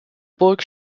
burg